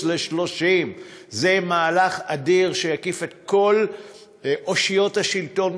30". זה מהלך אדיר שיקיף את כל אושיות השלטון,